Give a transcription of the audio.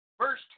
verse